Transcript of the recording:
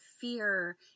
fear